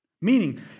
Meaning